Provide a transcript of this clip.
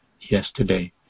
yesterday